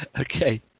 Okay